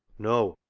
no,